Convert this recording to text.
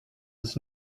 this